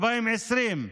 2020,